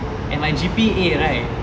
and my G_P_A right